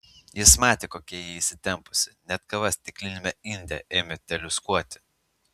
jis matė kokia ji įsitempusi net kava stikliniame inde ėmė teliūskuoti